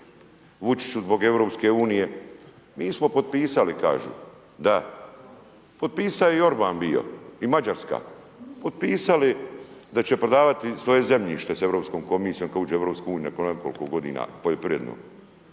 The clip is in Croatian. Vučiću zbog EU. Mi smo potpisali, kažu. Da. Potpisao je i Orban bio i Mađarska. Potpisali da će prodavati svoje zemljište s EK kad uđu u EU nakon nekoliko godina poljoprivrednog.